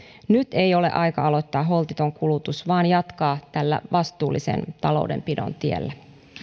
nyt ei ole aika aloittaa holtitonta kulutusta vaan jatkaa tällä vastuullisen taloudenpidon tiellä